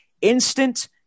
instant